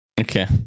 Okay